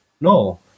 No